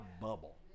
bubble